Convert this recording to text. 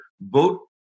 vote